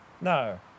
No